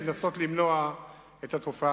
ולנסות למנוע את התופעה